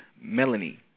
Melanie